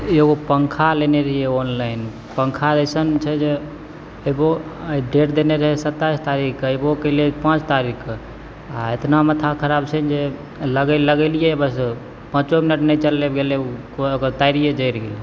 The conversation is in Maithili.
एगो पंखा लेने रहियै ऑनलाइन पंखा अइसन छै जे एगो डेट देने रहय सत्ताइस तारीख कऽ अइबो कयलय पाँच तारीख कऽ आओर इतना माथा खराब छै ने जे लगे लगेलियै बस पाँचो मिनट नहि चललय गेलय उ ओकर तारे जरि गेलय